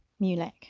Mulek